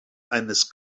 eines